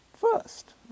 first